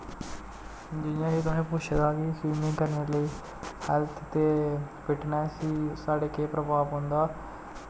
जियां के तुसें पुच्छे दा के स्विमिंग करने लेई हैल्थ ते फिटनेस गी साढ़े केह् प्रभाव पौंदा